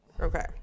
okay